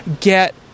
get